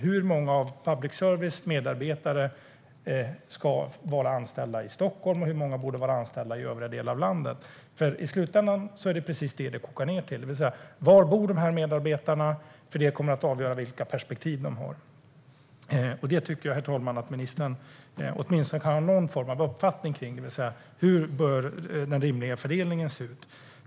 Hur många av public services medarbetare ska vara anställda i Stockholm, och hur många borde vara anställda i övriga delar av landet? I slutändan är det precis detta som det kokar ned till. Var bor de här medarbetarna? Det kommer att avgöra vilka perspektiv de har. Det tycker jag, herr talman, att ministern åtminstone kan ha någon form av uppfattning om. Hur bör den rimliga fördelningen se ut?